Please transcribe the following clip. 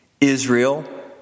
Israel